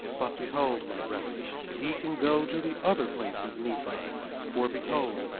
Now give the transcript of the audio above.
but behold, my brethren, ye can go to the other plates of nephi for behold,